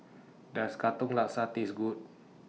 Does Katong Laksa Taste Good